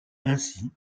ainsi